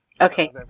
Okay